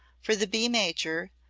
for the b major,